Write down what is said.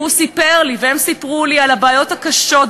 והם סיפרו לי על הבעיות הקשות,